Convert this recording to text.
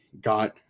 got